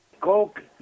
Coke